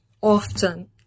often